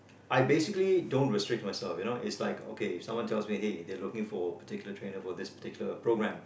I basically don't restrict myself you know it's like okay if someone tells me hey they are looking for particular trainer for this particular programme